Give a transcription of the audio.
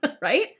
right